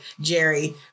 Jerry